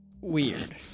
Weird